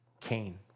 Cain